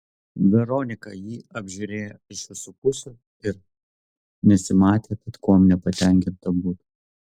veronika jį apžiūrėjo iš visų pusių ir nesimatė kad kuom nepatenkinta būtų